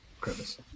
crevice